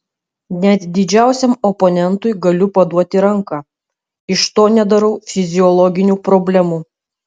net didžiausiam oponentui galiu paduoti ranką iš to nedarau fiziologinių problemų